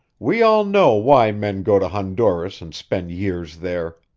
we all know why men go to honduras and spend years there.